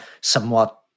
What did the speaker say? somewhat